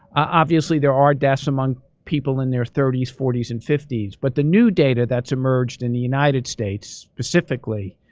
obviously, there are deaths among people in their thirty s, forty s and fifty s. but the new data that's emerged in the united states specifically,